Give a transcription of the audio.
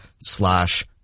slash